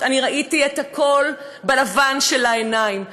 אני ראיתי את הכול בלבן של העיניים.